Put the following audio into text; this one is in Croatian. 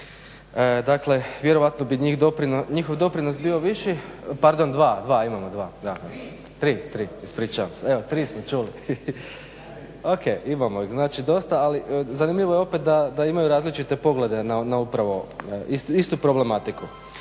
zanimljivo je opet da imaju različite poglede na upravo istu problematiku.